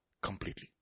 completely